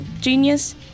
genius